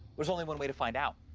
there's only one way to find out.